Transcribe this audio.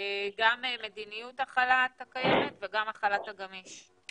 גם מדיניות החל"ת הקיימת וגם החל"ת הגמיש.